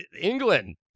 England